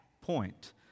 point